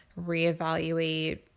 reevaluate